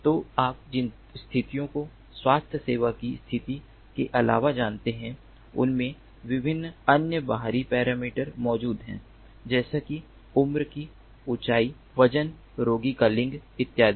तो आप जिन स्थितियों को स्वास्थ्य सेवा की स्थिति के अलावा जानते हैं उनमें विभिन्न अन्य बाहरी पैरामीटर मौजूद हैं जैसे कि उम्र की ऊँचाई वजन रोगी का लिंग आदि